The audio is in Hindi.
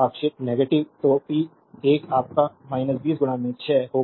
आक्षेप नेगेटिव तो पी 1 आपका 20 6 होगा